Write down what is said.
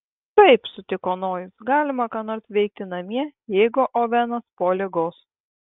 taip sutiko nojus galima ką nors veikti namie jeigu ovenas po ligos